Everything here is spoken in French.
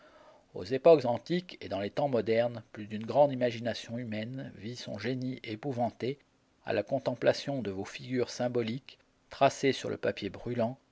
aux époques antiques et dans les temps modernes plus d'une grande imagination humaine vit son génie épouvanté à la contemplation de vos figures symboliques tracées sur le papier brûlant